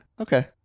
okay